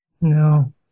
No